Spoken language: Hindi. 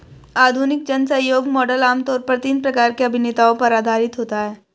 आधुनिक जनसहयोग मॉडल आम तौर पर तीन प्रकार के अभिनेताओं पर आधारित होता है